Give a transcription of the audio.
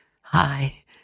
Hi